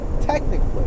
Technically